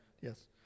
yes